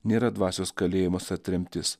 nėra dvasios kalėjimas ar tremtis